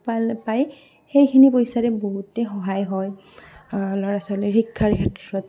পাল পাই সেইখিনি পইচাৰে বহুতেই সহায় হয় ল'ৰা ছোৱালীৰ শিক্ষাৰ ক্ষেত্ৰত